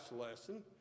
lesson